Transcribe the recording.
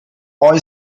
boy